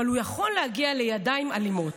אבל הוא יכול להגיע לידיים אלימות.